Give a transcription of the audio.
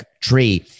tree